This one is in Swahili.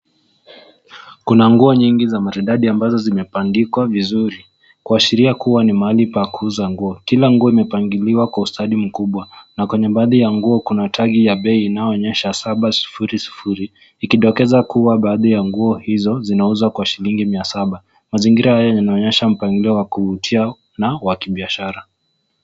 Kuna nguo nyingi za maridadi ambazo zimepandikwa vizuri, kuashiria kuwa ni mahali pa kuuza nguo. kila nguo imepangiliwa kwa ustadi mkubwa. kwenye baadhi ya nguo kuna tagi ya bei inayoonyesha mia saba ikidokeza bei. Mazingira yanaonyesha mpangilio wa kibiashara.